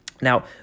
Now